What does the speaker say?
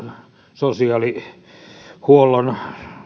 sosiaalihuollon